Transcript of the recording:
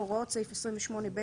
"הוראת מעבר